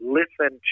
listen